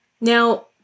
Now